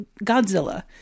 Godzilla